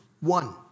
one